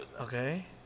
Okay